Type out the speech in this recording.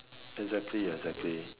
exactly exactly